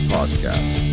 Podcast